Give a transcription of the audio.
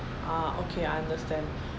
ah okay I understand